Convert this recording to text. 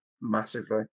massively